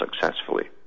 successfully